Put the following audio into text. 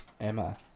emma